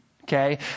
Okay